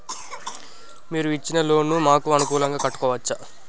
మీరు ఇచ్చిన లోన్ ను మాకు అనుకూలంగా కట్టుకోవచ్చా?